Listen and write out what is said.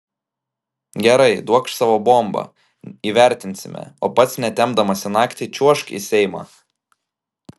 gerai duokš savo bombą įvertinsime o pats netempdamas į naktį čiuožk į seimą